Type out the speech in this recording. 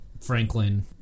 Franklin